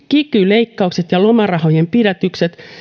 kiky leikkaukset ja lomarahojen pidätykset